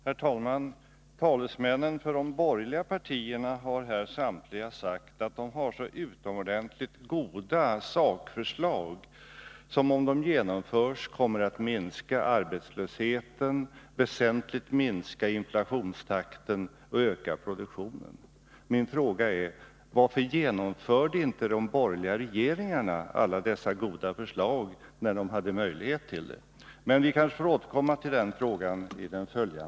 Herr talman! Samtliga talesmän för de borgerliga partierna har här sagt att de har så utomordentligt goda sakförslag som, om de genomförs, kommer att minska arbetslösheten, väsentligt minska inflationstakten och öka produktionen. Min fråga är: Varför genomförde inte de borgerliga regeringarna alla dessa goda förslag när de hade möjlighet till det?